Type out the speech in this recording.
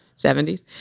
70s